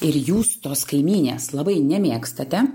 ir jūs tos kaimynės labai nemėgstate